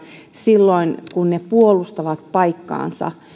silloin kun ne puolustavat paikkaansa